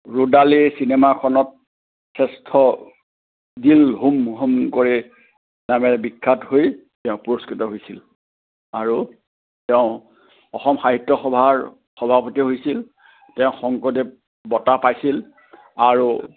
ৰ'দালি চিনেমাখনত শ্ৰেষ্ঠ দিল হোম হোম কৰে নামেৰে বিখ্যাত হৈ তেওঁ পুৰস্কৃত হৈছিল আৰু তেওঁ অসম সাহিত্য সভাৰ সভাপতি হৈছিল তেওঁ শংকৰদেৱ বঁটা পাইছিল আৰু